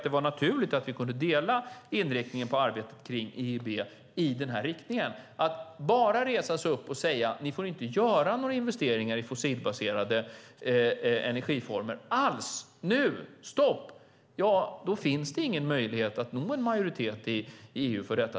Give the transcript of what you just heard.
Det vore naturligt om vi kunde dela uppfattning om att arbetet i EIB ska gå i den riktningen. Att bara resa sig upp och säga att EIB inte får göra några investeringar i fossilbaserade energiformer alls - nu, stopp! - innebär att det finns ingen möjlighet att nå en majoritet i EU för detta.